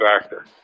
factor